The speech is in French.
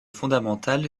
fondamentale